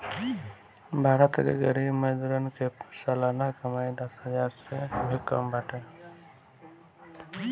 भारत के गरीब मजदूरन के सलाना कमाई दस हजार से भी कम बाटे